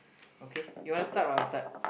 okay you want to start or I start